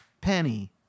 Penny